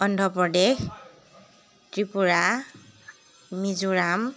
Andhra Pradesh Tripura Mizoram